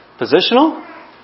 positional